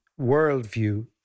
worldview